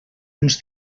uns